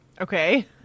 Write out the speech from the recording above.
okay